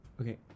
Okay